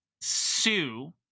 Sue